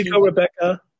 Rebecca